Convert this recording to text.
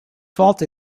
fault